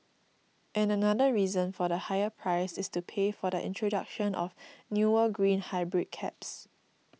and another reason for the higher price is to pay for the introduction of newer green hybrid cabs